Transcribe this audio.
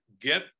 get